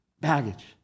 baggage